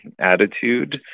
attitude